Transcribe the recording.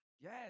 Yes